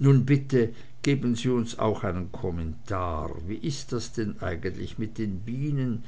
nun bitte geben sie uns auch einen kommentar wie is das eigentlich mit den bienen